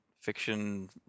fiction